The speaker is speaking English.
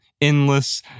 endless